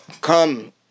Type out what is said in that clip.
come